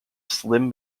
slim